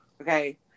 Okay